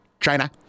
China